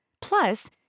Plus